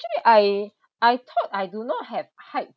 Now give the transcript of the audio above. actually I I thought I do not have height